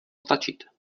stačit